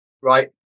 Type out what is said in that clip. Right